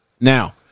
Now